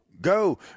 go